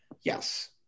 Yes